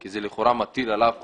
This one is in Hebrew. כי זה מטיל עליו חובה.